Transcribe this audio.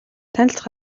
танилцах